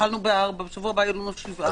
התחלנו בארבעה, בשבוע הבא יהיו לנו שבעה.